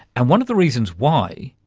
and one of the reasons why,